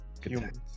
Humans